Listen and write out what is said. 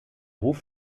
ruf